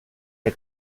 der